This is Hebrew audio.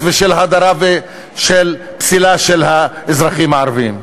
ושל הדרה ושל פסילה של האזרחים הערבים.